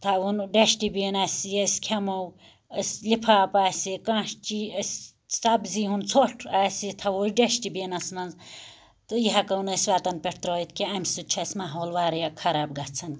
تھاوُن ڈشٹہٕ بن اسہِ یہِ أسۍ کھیٚمو أسۍ لفاف آسہِ کانٛہہ چی أسۍ سبزی ہُنٛد ژھوٚٹھ آسہ یہِ تھاوو أسۍ ڈَشٹہٕ بنس مَنٛز تہٕ یہِ ہیٚکو نہٕ أسۍ وَتَن پیٚٹھ ترٲیِتھ کینٛہہ امہ سۭتۍ چھ اَسہِ ماحول واریاہ خراب گَژھان